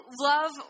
love